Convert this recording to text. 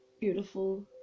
beautiful